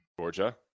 Georgia